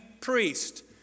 priest